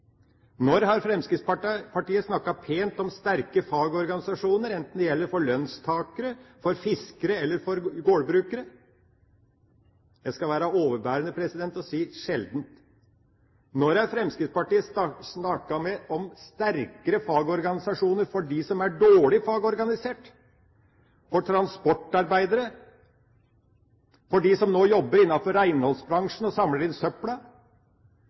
Når har Fremskrittspartiet snakket pent om sterke fagorganisasjoner – enten det gjelder for lønnstakere, for fiskere eller for gårdbrukere? Jeg skal være overbærende og si: sjelden. Når har Fremskrittspartiet snakket om sterkere fagorganisasjoner for dem som er dårlig fagorganisert – for transportarbeidere, for dem som nå jobber innenfor reinholdsbransjen og samler inn